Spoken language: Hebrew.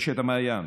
רשת המעיין.